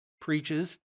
preaches